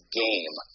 game